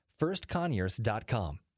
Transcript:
firstconyers.com